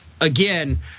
again